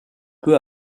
peu